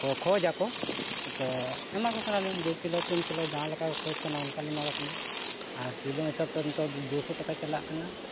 ᱠᱚ ᱠᱷᱚᱡᱽ ᱟᱠᱚ ᱛᱚ ᱮᱢᱟ ᱠᱚ ᱠᱟᱱᱟᱞᱤᱧ ᱫᱩ ᱠᱤᱞᱳ ᱛᱤᱱ ᱠᱤᱞᱳ ᱡᱟᱦᱟᱸ ᱞᱮᱠᱟ ᱜᱮᱠᱚ ᱠᱷᱚᱡ ᱠᱟᱱᱟ ᱚᱱᱠᱟᱞᱤᱧ ᱮᱢᱟ ᱠᱚ ᱠᱟᱱᱟ ᱟᱨ ᱠᱤᱞᱳ ᱦᱤᱥᱟᱹᱵᱛᱮ ᱱᱤᱛᱳᱜ ᱫᱩᱥᱚ ᱴᱟᱠᱟ ᱪᱟᱞᱟᱜ ᱠᱟᱱᱟ